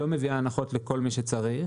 לא מביאה הנחות לכל מי שצריך